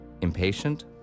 Impatient